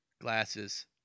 glasses